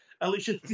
Alicia